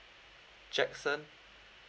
jackson